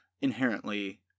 inherently